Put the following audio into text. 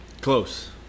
Close